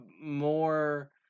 more